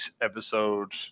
episode